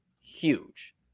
huge